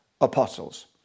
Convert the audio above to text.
apostles